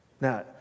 Now